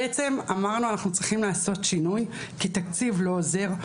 בעצם אמרנו שאנחנו צריכים לעשות שינוי כי תקציב לא עוזר,